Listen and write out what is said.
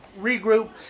regroup